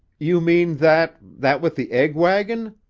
you mean that that with the egg-wagon?